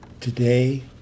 today